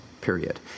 period